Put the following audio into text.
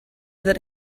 that